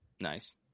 nice